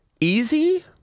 easy